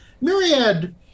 Myriad